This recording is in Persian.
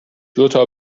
دوتا